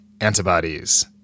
antibodies